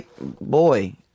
Boy